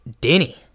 Denny